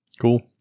Cool